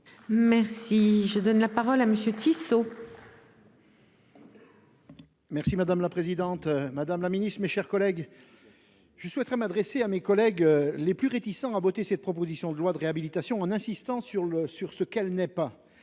Merci. Je donne la parole à monsieur Tissot. Merci madame la présidente. Madame la Ministre, mes chers collègues. Je souhaiterais m'adresser à mes collègues les plus réticents à voter cette proposition de loi de réhabilitation en insistant sur le, sur ce qu'elle n'est pas